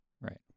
Right